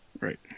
Right